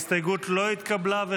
ההסתייגות לא התקבלה.